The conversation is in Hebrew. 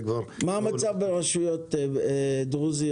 מה מצב הסיב האופטי ברשויות דרוזיות?